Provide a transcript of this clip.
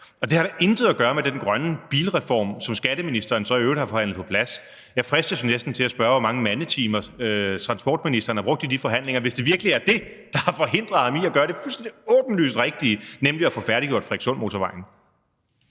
Det har da intet at gøre med den grønne bilreform, som skatteministeren så i øvrigt har forhandlet på plads. Jeg fristes jo næsten til at spørge, hvor mange mandetimer transportministeren har brugt i de forhandlinger, hvis det virkelig er det, der har forhindret ham i at gøre det fuldstændig åbenlyst rigtige, nemlig at få færdiggjort Frederikssundmotorvejen.